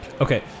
Okay